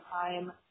time